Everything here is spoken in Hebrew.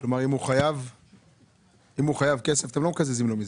כלומר, אם הוא חייב כסף, אתם לא מקזזים לו מזה?